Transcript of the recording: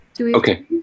Okay